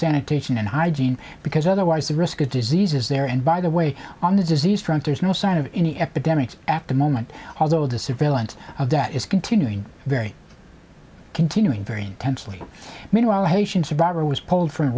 sanitation and hygiene because otherwise the risk of disease is there and by the way on the disease front there's no sign of any epidemics after moment although the surveillance of that is continuing very continuing very intensely meanwhile the haitian survivor was pulled from